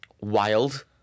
Wild